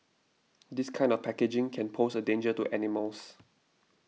this kind of packaging can pose a danger to animals